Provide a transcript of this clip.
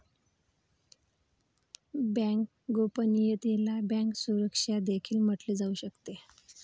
bank गोपनीयतेला bank सुरक्षा देखील म्हटले जाऊ शकते